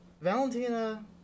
Valentina